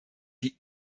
die